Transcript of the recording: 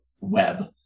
web